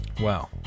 Wow